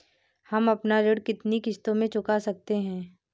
हम अपना ऋण कितनी किश्तों में चुका सकते हैं?